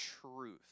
truth